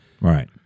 Right